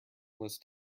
list